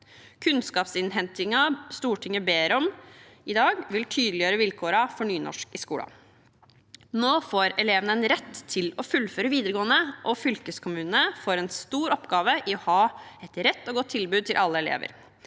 Kunnskapsinnhentingen Stortinget ber om i dag, vil tydeliggjøre vilkårene for nynorsk i skolen. Elevene får nå en rett til å fullføre videregående, og fylkeskommunene får en stor oppgave i å ha et bredt og godt tilbud til alle elever.